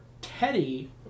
Teddy